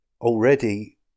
already